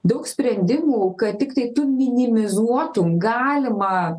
daug sprendimų kad tiktai tu minimizuotum galimą